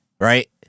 Right